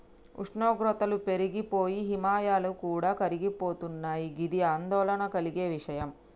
ఉష్ణోగ్రతలు పెరిగి పోయి హిమాయాలు కూడా కరిగిపోతున్నయి గిది ఆందోళన కలిగే విషయం